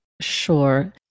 Sure